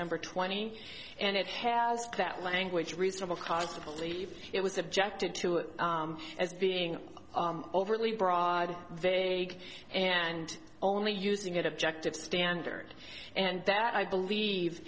number twenty and it has that language reasonable cause to believe it was objected to it as being overly broad they and only using it objective standard and that i believe